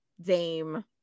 Dame